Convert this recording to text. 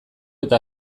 eta